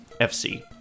FC